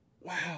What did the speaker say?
Wow